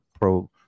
Pro